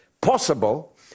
possible